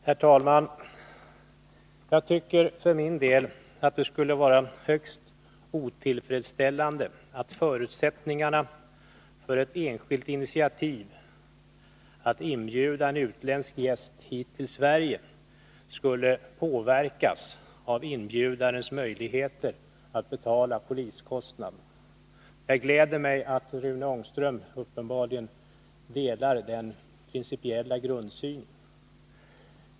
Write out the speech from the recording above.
Herr talman! Jag tycker för min del att det skulle vara högst otillfredsställande om förutsättningarna för ett enskilt initiativ att inbjuda en utländsk gäst hit till Sverige skulle påverkas av inbjudarens möjligheter att betala poliskostnaderna. Det gläder mig att Rune Ångström uppenbarligen delar den principiella grundsynen.